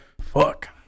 Fuck